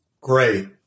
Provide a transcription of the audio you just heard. great